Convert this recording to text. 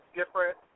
different